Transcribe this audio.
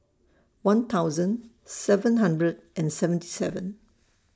one thousand seven hundred and seventy seven